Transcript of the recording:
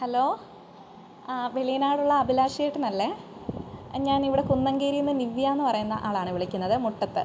hello ആ വെളിയനാടുള്ള അഭിലാഷേട്ടനല്ലേ ഞാനിവിടെ കുന്നംകീരിയിൽ നിന്ന് നിവ്യയെന്ന് പറയുന്ന ആളാണ് വിളിക്കുന്നത് മുട്ടത്ത്